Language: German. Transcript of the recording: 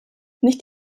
nicht